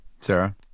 Sarah